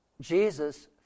Jesus